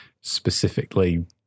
specifically